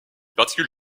particule